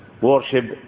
worship